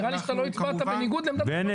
נראה לי שאתה לא הצבעת בניגוד לעמדת --- בני,